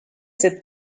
cette